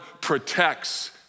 protects